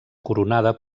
coronada